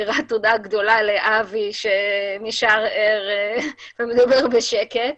מכירה תודה גדולה לאבי, שנשאר ער ומדבר בשקט.